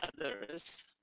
others